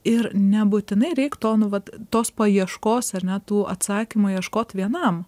ir nebūtinai reik to nu vat tos paieškos ar ne tų atsakymų ieškot vienam